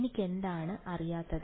എനിക്കെന്താണ് അറിയാത്തത്